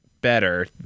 better